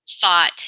thought